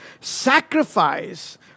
sacrifice